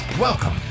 Welcome